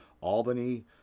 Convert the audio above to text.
Albany